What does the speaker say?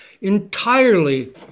entirely